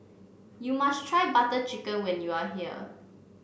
you must try Butter Chicken when you are here